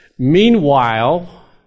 Meanwhile